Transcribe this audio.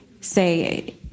say